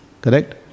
Correct